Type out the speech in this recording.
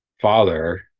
father